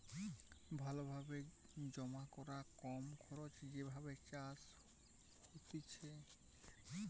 ভালো ভাবে জমা করা আর কম খরচে যে ভাবে চাষ হতিছে